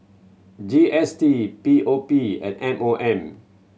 G S T P O P and M O M